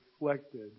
reflected